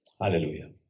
Hallelujah